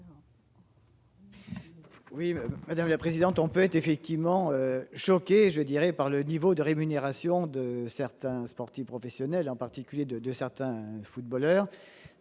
explication de vote. On peut être effectivement choqué par le niveau de rémunération de certains sportifs professionnels, en particulier de certains footballeurs,